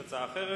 יש הצעה אחרת?